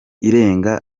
irenga